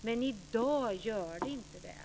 Men i dag gör det inte det.